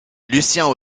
lucien